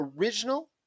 original